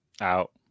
Out